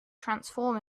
transform